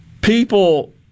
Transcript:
people